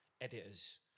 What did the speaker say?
editors